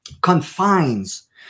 confines